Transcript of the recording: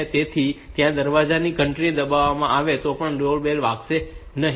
તેથી જો ત્યાં દરવાજાની ઘંટડી દબાવવામાં આવે તો પણ બેલ વાગશે નહીં